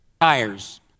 tires